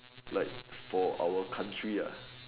like for our country ya